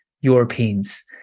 europeans